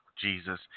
Jesus